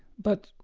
but,